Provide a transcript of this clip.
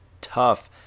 tough